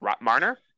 Marner